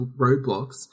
roadblocks